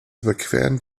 überqueren